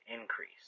increase